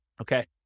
Okay